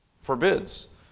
forbids